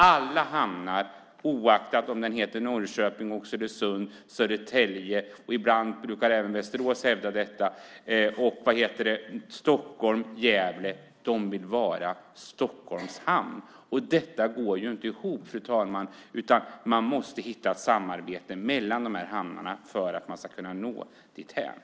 Alla hamnar - oavsett om de heter Norrköping, Oxelösund, Södertälje, Västerås, Stockholm eller Gävle - vill vara Stockholms hamn. Detta går inte ihop, fru talman, utan man måste hitta ett samarbete mellan hamnarna för att nå dithän.